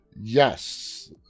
Yes